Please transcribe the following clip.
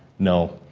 no,